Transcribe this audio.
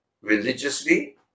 religiously